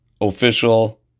official